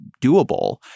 doable